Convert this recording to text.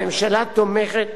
הממשלה תומכת